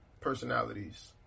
personalities